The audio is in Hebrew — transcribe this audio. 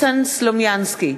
ניסן סלומינסקי,